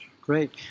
Great